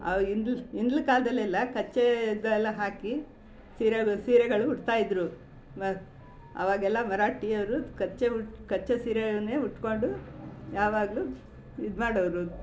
ಆವಾಗ ಹಿಂದ್ಲ ಹಿಂದ್ಲ ಕಾಲದಲ್ಲೆಲ್ಲ ಕಚ್ಚೇದೆಲ್ಲ ಹಾಕಿ ಸೀರೆಗಳು ಉಡ್ತಾಯಿದ್ದರು ಮ ಆವಾಗೆಲ್ಲ ಮರಾಠಿಯವ್ರು ಕಚ್ಚೆ ಉಟ್ಟು ಕಚ್ಚೆ ಸೀರೆಯೇ ಉಟ್ಕೊಂಡು ಯಾವಾಗಲೂ ಇದು ಮಾಡೋವ್ರು